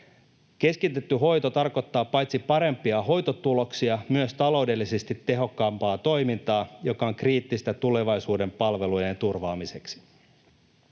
Keskitetty hoito tarkoittaa paitsi parempia hoitotuloksia myös taloudellisesti tehokkaampaa toimintaa, mikä on kriittistä tulevaisuuden palvelujen turvaamiseksi.